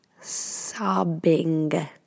sobbing